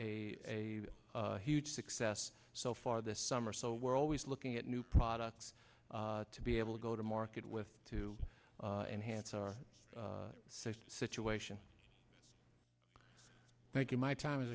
a huge success so far this summer so we're always looking at new products to be able to go to market with to enhance our safety situation thank you my time is